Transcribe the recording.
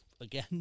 again